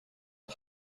pas